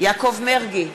יעקב מרגי,